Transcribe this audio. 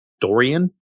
Dorian